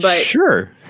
Sure